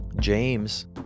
James